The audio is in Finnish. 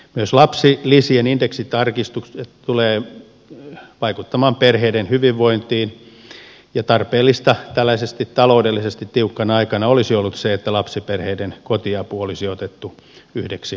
myös lapsilisien indeksitarkistukset tulevat vaikuttamaan perheiden hyvinvointiin ja tarpeellista tällaisena taloudellisesti tiukkana aikana olisi ollut se että lapsiperheiden kotiapu olisi otettu yhden ohjelman aiheeksi